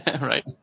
Right